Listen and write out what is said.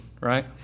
right